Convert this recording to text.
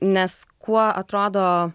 nes kuo atrodo